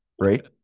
Right